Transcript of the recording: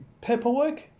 paperwork